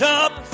up